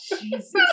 Jesus